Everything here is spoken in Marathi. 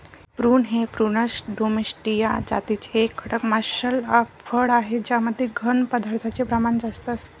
प्रून हे प्रूनस डोमेस्टीया जातीचे एक कडक मांसल फळ आहे ज्यामध्ये घन पदार्थांचे प्रमाण जास्त असते